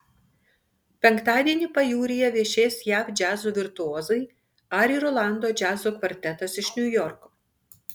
penktadienį pajūryje viešės jav džiazo virtuozai ari rolando džiazo kvartetas iš niujorko